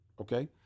okay